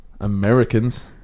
Americans